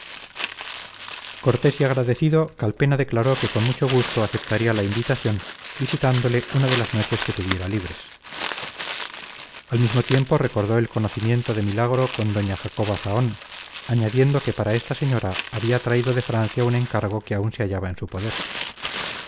cortés y agradecido calpena declaró que con mucho gusto aceptaría la invitación visitándole una de las noches que tuviera libres al mismo tiempo recordó el conocimiento de milagro con doña jacoba zahón añadiendo que para esta señora había traído de francia un encargo que aún se hallaba en su poder